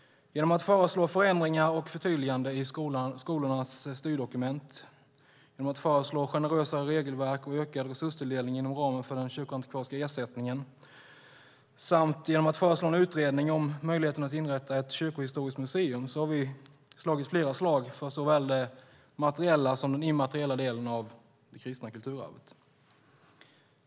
Genom att föreslå förändringar och förtydliganden i skolornas styrdokument, genom att föreslå generösare regelverk och ökad resurstilldelning inom ramen för den kyrkoantikvariska ersättningen samt genom att föreslå en utredning om möjligheten att inrätta ett kyrkohistoriskt museum har vi slagit flera slag för såväl den materiella som den immateriella delen av det kristna kulturarvet.